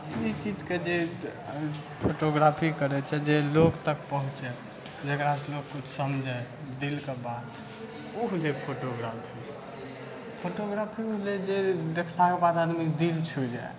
असली चीजके जे फोटोग्राफी करै छै जे लोक तक पहुँचै जेकरासँ लोक कुछ समझै दिलके बात ओ होइ छै फोटोग्राफी फोटोग्राफी उ भेलै जे देखलाके बाद आदमीके दिल छू जाइ